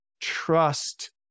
trust